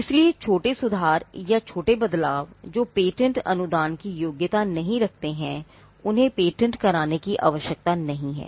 इसलिए छोटे सुधार या छोटे बदलाव जो पेटेंट अनुदान की योग्यता नहीं रखते हैं उन्हें पेटेंट कराने की आवश्यकता नहीं है